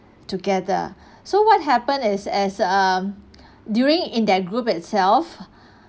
together so what happened is is um during in that group itself